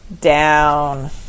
down